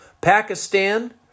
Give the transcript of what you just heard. Pakistan